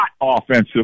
offensive